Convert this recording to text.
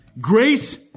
grace